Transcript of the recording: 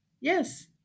Yes